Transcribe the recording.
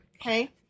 Okay